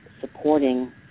supporting